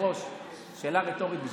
שאלה רטורית בשבילך: